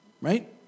Right